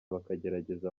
bakagerageza